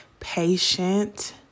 patient